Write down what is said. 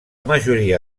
majoria